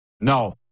No